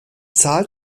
zahl